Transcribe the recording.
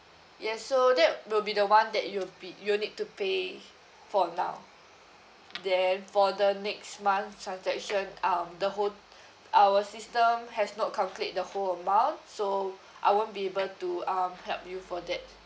yes so that will be the one that you p~ you need to pay for now then for the next month's transaction um the whole our system has not calculate the whole amount so I won't be able to um help you for that